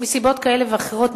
מסיבות כאלה ואחרות,